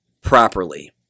properly